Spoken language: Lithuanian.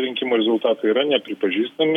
rinkimų rezultatai yra nepripažįstami